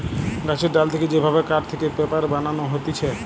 গাছের ডাল থেকে যে ভাবে কাঠ থেকে পেপার বানানো হতিছে